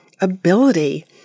ability